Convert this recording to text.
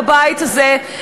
בבית הזה,